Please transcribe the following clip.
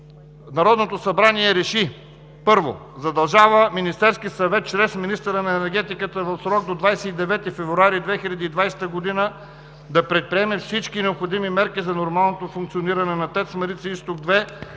„Народното събрание реши: 1. Задължава Министерския съвет чрез министъра на енергетиката в срок до 29 февруари 2020 г. да предприеме всички необходими мерки за нормалното функциониране на „ТЕЦ Марица изток 2“